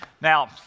Now